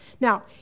Now